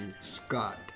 Scott